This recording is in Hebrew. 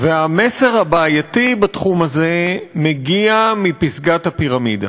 והמסר הבעייתי בתחום הזה מגיע מפסגת הפירמידה.